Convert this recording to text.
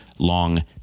long